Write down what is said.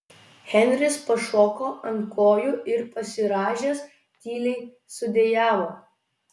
henris pašoko ant kojų ir pasirąžęs tyliai sudejavo